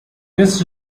this